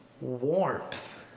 warmth